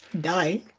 Die